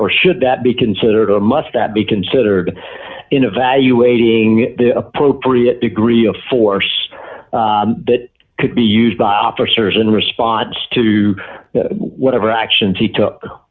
or should that be considered a must that be considered in evaluating the appropriate degree of force that could be used by operators in response to whatever action she took